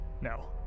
no